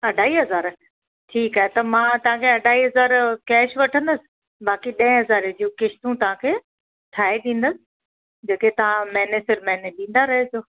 अढ़ाई हज़ार ठीकु आहे त मां तव्हांखे अढ़ाई हज़ार कैश वठंदसि बाक़ी ॾह हज़ारे जो किश्तू तव्हांखे ठाहे ॾींदसि जेके तव्हां महीने सर महीने ॾींदा रहिजो